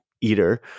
eater